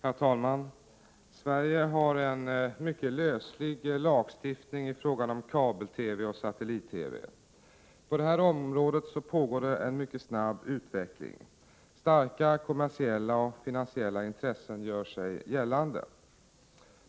Herr talman! Sverige har en mycket löslig lagstiftning i fråga om kabel-TV och satellit-TV. På det området pågår en mycket snabb utveckling. Starka kommersiella och finansiella intressen gör sig gällande.